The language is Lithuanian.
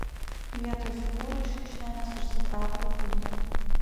vietoj figūrų iš kišenės išsitraukiau peilį